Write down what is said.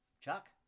chuck